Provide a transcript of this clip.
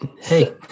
hey